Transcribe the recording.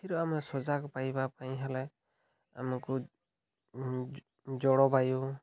ଏଥିରୁ ଆମେ ସଜାଗ ପାଇବା ପାଇଁ ହେଲେ ଆମକୁ ଜଳବାୟୁ